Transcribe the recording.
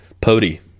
Pody